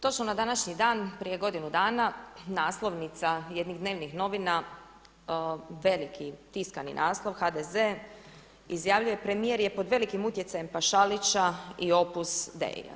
Točno na današnji dan prije godinu dana naslovnica jednih dnevnih novina, veliki tiskani naslov, HDZ izjavljuje premijer je pod velikim utjecajem Pašalića i Opus Deia.